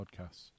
podcasts